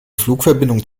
flugverbindung